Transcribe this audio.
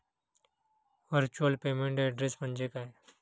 Virtual payment address म्हणजे काय?